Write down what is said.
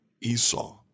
Esau